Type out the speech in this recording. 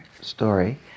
story